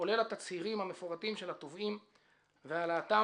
כולל התצהירים המפורטים של התובעים והעלאתם